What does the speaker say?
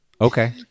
Okay